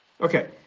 okay